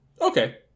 Okay